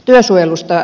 työsuojelusta